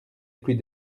plus